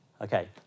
Okay